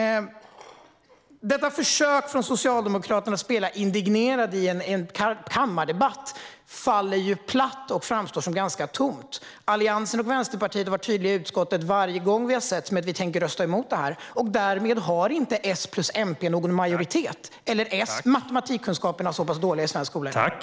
Socialdemokraternas försök att i en kammardebatt spela indignerade faller platt och framstår som ganska tomt. Alliansen och Vänsterpartiet har i utskottet varit tydliga varje gång vi har setts och har sagt att vi tänker rösta emot detta. Därmed har S + MP inte någon majoritet. Eller är matematikkunskaperna så dåliga i svensk skola i dag?